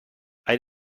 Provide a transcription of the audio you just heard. ein